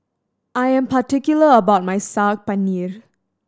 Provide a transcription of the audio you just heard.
I am particular about my Saag Paneer